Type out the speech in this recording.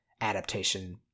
adaptation